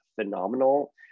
phenomenal